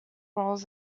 role